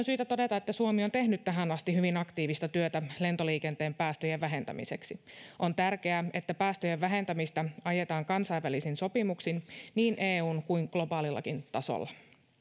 syytä todeta että suomi on tehnyt tähän asti hyvin aktiivista työtä lentoliikenteen päästöjen vähentämiseksi on tärkeää että päästöjen vähentämistä ajetaan kansainvälisin sopimuksin niin eun kuin globaalillakin tasolla